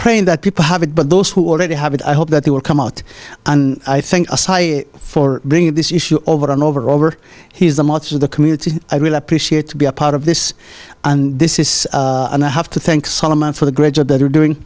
praying that people have it but those who already have it i hope that they will come out and i think for bringing this issue over and over over he's a model of the community i really appreciate to be a part of this and this is and i have to thank solomon for the graduate that are doing